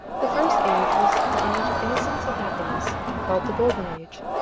the first age was an age of innocence and happiness, called the golden age.